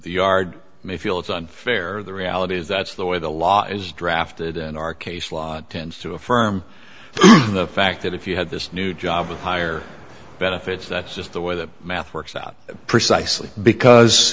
the yard may feel it's unfair the reality is that's the way the law is drafted in our case law tends to affirm the fact that if you had this new job with higher benefits that's just the way the math works out precisely because